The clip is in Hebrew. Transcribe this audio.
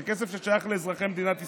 זה כסף ששייך לאזרחי מדינת ישראל.